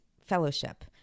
fellowship